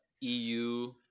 EU